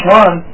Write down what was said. one